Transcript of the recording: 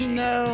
no